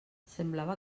semblava